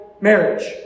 marriage